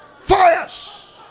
Fires